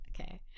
okay